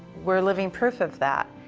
were living proof of that.